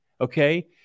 Okay